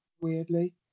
weirdly